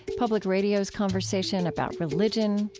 public radio's conversation about religion,